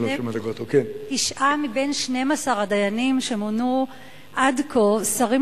תשעה מבין 12 הדיינים שמונו עד כה סרים